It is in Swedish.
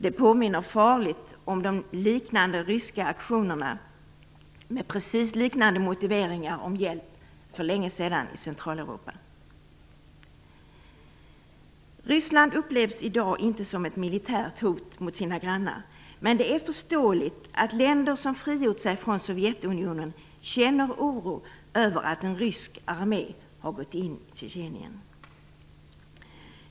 Det påminner farligt mycket om de för länge sedan liknande ryska aktionerna då man använda liknande motiveringar för hjälp i Centraleuropa. Ryssland upplevs inte i dag som ett militärt hot mot sina grannar. Men det är förståeligt att länder som frigjort sig från Sovjetunionen känner oro över att en rysk armé har gått in i Tjetjenien.